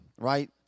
right